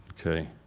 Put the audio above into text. Okay